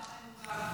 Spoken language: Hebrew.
לצערנו.